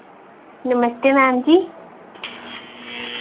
नमस्ते ma'am जी